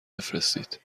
بفرستید